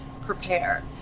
prepare